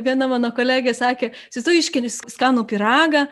viena mano kolegė sakė sesuo iškepė skanų pyragą